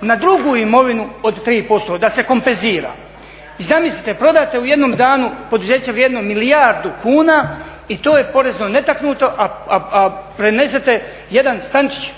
na drugu imovinu od 3% da se kompenzira. I zamislite, prodate u jednom danu poduzeće vrijedno milijardu kuna i to je porezno netaknuto a prenesete jedan stančić